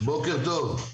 בוקר טוב.